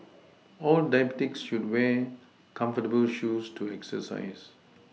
all diabetics should wear comfortable shoes to exercise